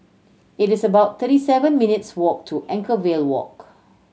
it is about thirty seven minutes' walk to Anchorvale Walk